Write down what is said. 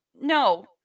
No